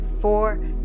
four